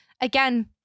again